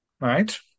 right